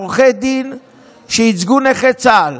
עורכי דין שייצגו נכי צה"ל